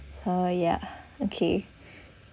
oh ya okay